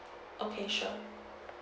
okay sure